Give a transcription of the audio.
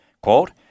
Quote